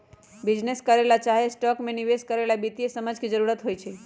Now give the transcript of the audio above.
business करे ला चाहे स्टॉक में निवेश करे ला वित्तीय समझ के जरूरत होई छई